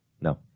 No